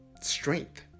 strength